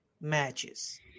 matches